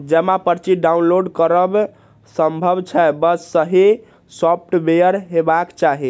जमा पर्ची डॉउनलोड करब संभव छै, बस सही सॉफ्टवेयर हेबाक चाही